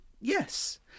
yes